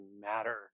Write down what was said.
matter